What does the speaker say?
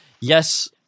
yes